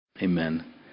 Amen